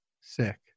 Sick